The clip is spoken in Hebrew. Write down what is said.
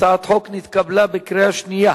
הצעת חוק נתקבלה בקריאה שנייה.